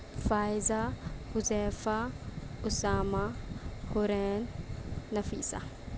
Faiza Huzaifa Usama Qareen Nafisa